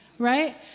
right